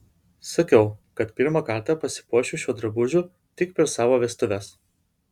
sakiau kad pirmą kartą pasipuošiu šiuo drabužiu tik per savo vestuves